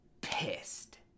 pissed